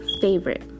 favorite